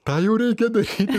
tą jau reikia daryti